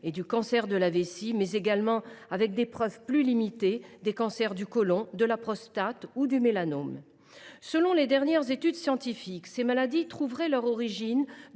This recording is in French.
que le cancer de la vessie, mais également, avec des preuves plus limitées, les cancers du côlon et de la prostate, ou encore le mélanome. Selon les dernières études scientifiques, ces maladies trouveraient leur origine